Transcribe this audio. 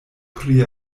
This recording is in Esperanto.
pri